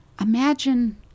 Imagine